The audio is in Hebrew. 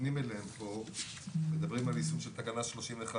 מפנים אליהם פה מדברים על יישום של תקנה 35,